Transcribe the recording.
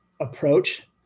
approach